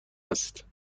است